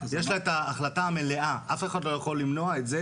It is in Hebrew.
יש לה את ההחלטה המלאה ואף אחד לא יכול למנוע את זה